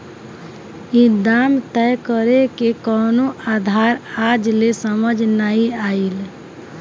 ई दाम तय करेके कवनो आधार आज ले समझ नाइ आइल